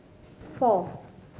four